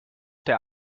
der